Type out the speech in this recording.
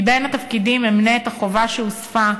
בין התפקידים אמנה את החובה שהוספה,